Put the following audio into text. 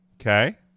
Okay